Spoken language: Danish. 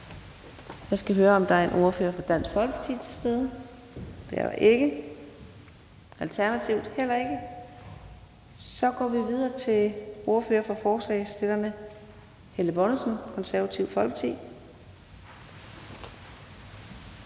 Jeg skal høre, om der er en ordfører fra Dansk Folkeparti til stede. Det er der ikke, og det er der heller ikke fra Alternativet. Så går vi videre til ordføreren for forslagsstillerne, Helle Bonnesen, Det Konservative Folkeparti.